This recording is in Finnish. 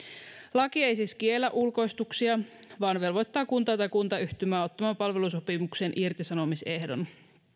laki ei siis kiellä ulkoistuksia vaan velvoittaa kuntaa tai kuntayhtymää ottamaan palvelusopimukseen irtisanomisehdon